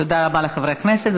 תודה רבה לחברי הכנסת.